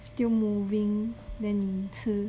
still moving then 你吃